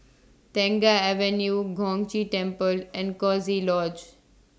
Tengah Avenue Gong Chee Temple and Coziee Lodge